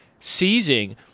seizing